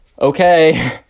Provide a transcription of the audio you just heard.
okay